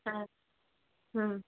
হ্যাঁ হুম